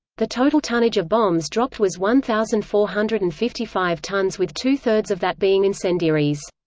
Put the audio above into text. the total tonnage of bombs dropped was one thousand four hundred and fifty five tons with two-thirds of that being incendiaries.